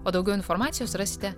o daugiau informacijos rasite